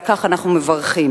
ועל כך אנו מברכים.